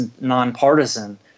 nonpartisan